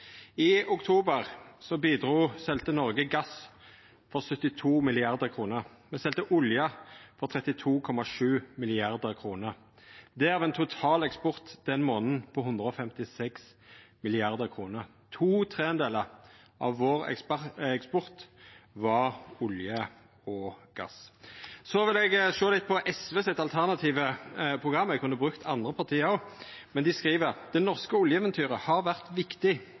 I oktober selde Noreg gass for 72 mrd. kr, og me selde olje for 32,7 mrd. kr. Det er av ein total eksport den månaden på 156 mrd. kr. To tredelar av eksporten vår var olje og gass. Så vil eg sjå litt på SVs alternative program. Eg kunne ha brukt andre parti òg, men dei skriv: «Det norske oljeeventyret har vært viktig